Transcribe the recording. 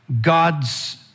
God's